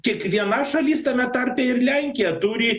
kiekviena šalis tame tarpe ir lenkija turi